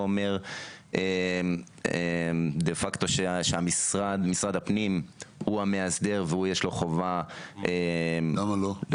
אומר דה-פקטו שמשרד הפנים הוא המאסדר ויש לו חובה --- למה לא?